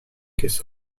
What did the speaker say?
kiss